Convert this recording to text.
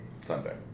Sunday